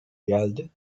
geldi